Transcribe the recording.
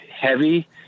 heavy